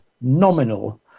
nominal